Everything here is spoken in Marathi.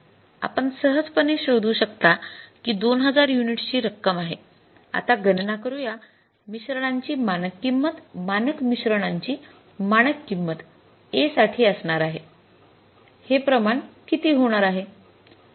आपण सहजपणे शोधू शकता की २००० युनिट्सची रक्कम आहे आता गणना करूया मिश्रणाची मानक किंमत मानक मिश्रणाची मानक किंमत A साठी असणार आहे हे प्रमाण किती होणार आहे